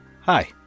Hi